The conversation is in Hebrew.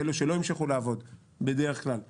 אלו שלא המשיכו לעבוד בדרך כלל נפגעו,